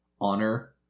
honor